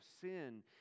sin